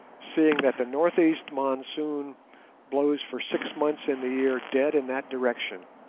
seeing that the north-east monsoon blows for six months in the year dead in that direction,